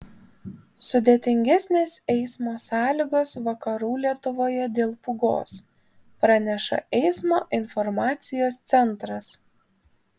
sudėtingesnės eismo sąlygos vakarų lietuvoje dėl pūgos praneša eismo informacijos centras